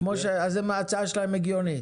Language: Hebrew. אם כן, ההצעה שלהם הגיונית.